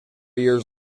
years